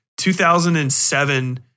2007